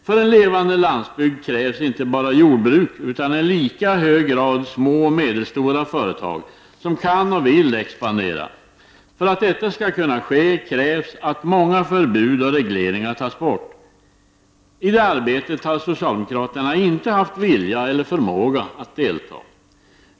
För en levande landsbygd krävs inte bara jordbruk utan i lika hög grad små och medelstora företag som kan och vill expandera. För att detta skall kunna ske krävs att många förbud och regleringar tas bort. I det arbetet har socialdemokraterna inte haft vilja eller förmåga att delta.